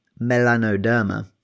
melanoderma